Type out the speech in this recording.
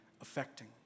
affecting